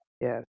yes